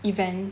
event